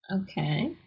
Okay